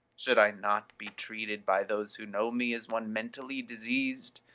should i not be treated by those who know me as one mentally diseased?